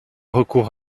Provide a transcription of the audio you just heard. recours